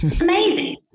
amazing